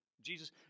Jesus